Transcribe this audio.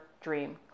dream